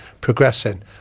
progressing